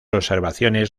observaciones